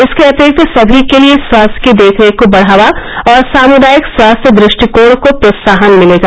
इसके अतिरिक्त सभी के लिए स्वास्थ्य की देखरेख को बढ़ावा और सामुदायिक स्वास्थ्य दृष्टिकोण को प्रोत्साहन मिलेगा